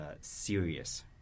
serious